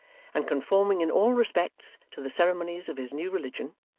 and conforming in all respects to the ceremonies of his new religion,